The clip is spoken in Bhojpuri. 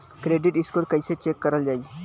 क्रेडीट स्कोर कइसे चेक करल जायी?